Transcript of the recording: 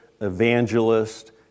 Evangelist